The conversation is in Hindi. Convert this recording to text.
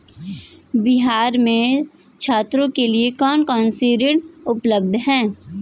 बिहार में छात्रों के लिए कौन कौन से ऋण उपलब्ध हैं?